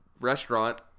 restaurant